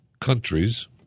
countries